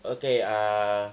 okay err